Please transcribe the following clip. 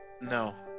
No